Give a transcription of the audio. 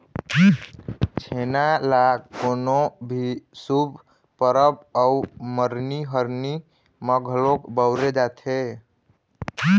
छेना ल कोनो भी शुभ परब अउ मरनी हरनी म घलोक बउरे जाथे